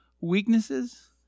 weaknesses